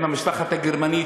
עם המשלחת הגרמנית,